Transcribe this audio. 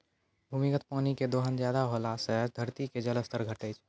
भूमिगत पानी के दोहन ज्यादा होला से धरती के जल स्तर घटै छै